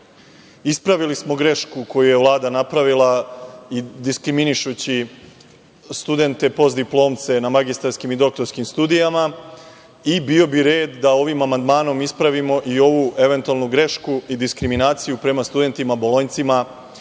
godine. Ispravili smo grešku koju je Vlada napravila diskriminišući studente postdiplomce na magistarskim i doktorskim studijama i bio bi red da ovim amandmanom ispravimo i ovu eventualnu grešku i diskriminaciju prema studentima bolonjcima